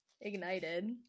ignited